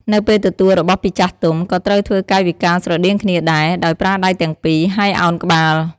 នៅពេលទទួលរបស់ពីចាស់ទុំ ក៏ត្រូវធ្វើកាយវិការស្រដៀងគ្នាដែរ ដោយប្រើដៃទាំងពីរ ហើយឱនក្បាល។